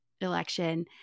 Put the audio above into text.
election